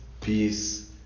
peace